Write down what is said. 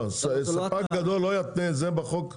ספק גדול לא יתנה את זה בחוק שמתקנים.